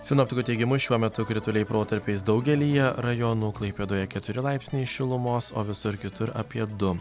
sinoptikų teigimu šiuo metu krituliai protarpiais daugelyje rajonų klaipėdoje keturi laipsniai šilumos o visur kitur apie du